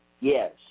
Yes